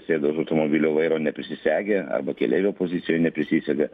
sėda už automobilio vairo neprisisegę arba keleivio pozicijoj neprisisega